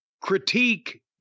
Critique